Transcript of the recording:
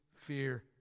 fear